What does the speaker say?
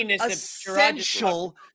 essential